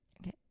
Okay